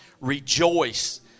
Rejoice